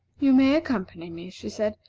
you may accompany me, she said,